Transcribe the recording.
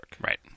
Right